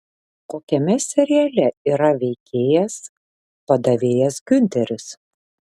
kokiame seriale yra veikėjas padavėjas giunteris